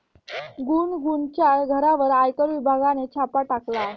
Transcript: गुनगुनच्या घरावर आयकर विभागाने छापा टाकला